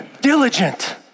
diligent